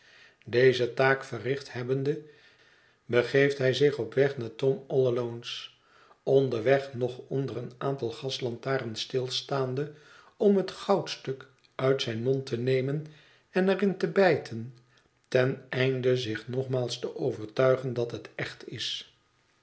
deze taak verricht hebbende begeeft hij zich op weg naar tom all alones onderweg nog ondereen aantal gaslantarens stilstaande om het goudstuk uit zijn mond te nemen en er in te bijten ten einde zich nogmaals te overtuigen dat het echt is